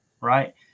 right